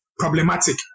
problematic